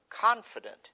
confident